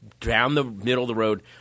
down-the-middle-of-the-road